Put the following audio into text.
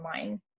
online